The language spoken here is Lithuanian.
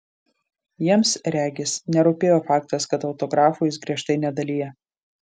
jiems regis nerūpėjo faktas kad autografų jis griežtai nedalija